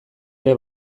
ere